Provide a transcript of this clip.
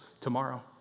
tomorrow